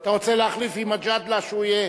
אתה רוצה להחליף עם מג'אדלה, שהוא יהיה?